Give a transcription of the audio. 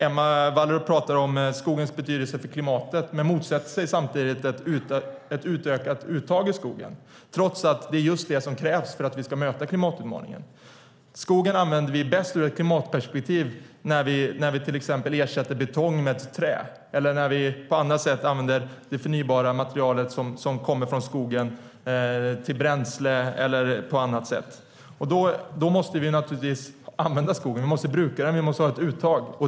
Emma Wallrup pratar om skogens betydelse för klimatet, men motsätter sig samtidigt ett utökat uttag ur skogen, trots att det är just det som krävs för att vi ska kunna möta klimatutmaningen. Skogen använder vi bäst ur ett klimatperspektiv när vi till exempel ersätter betong med trä eller använder det förnybara material som kommer från skogen till bränsle eller annat. Då måste vi naturligtvis använda skogen. Vi måste bruka den och ha ett uttag.